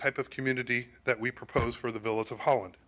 type of community that we propose for the village of holland